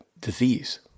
disease